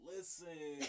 Listen